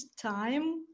time